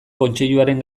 kontseiluaren